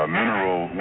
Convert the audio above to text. mineral